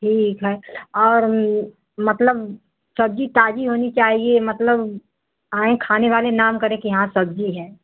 ठीक है और मतलब सब्जी ताजी होनी चाहिए मतलब आएँ खाने वाले नाम करें कि हाँ सब्जी है